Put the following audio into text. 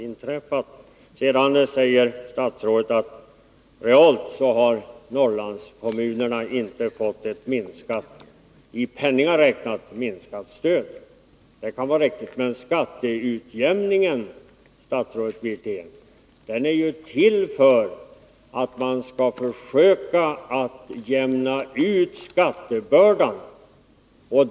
Statsrådet säger vidare att realt har Norrlandskommunerna inte fått ett i penningar räknat minskat stöd, och det kan vara riktigt. Men skatteutjämningen, statsrådet Wirtén, är till för att man skall försöka jämna ut skattebördan.